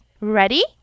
ready